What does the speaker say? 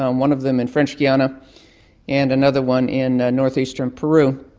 um one of them in french guiana and another one in north-eastern peru.